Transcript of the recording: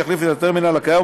שיחליף את הטרמינל הקיים,